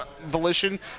volition